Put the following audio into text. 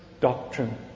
doctrine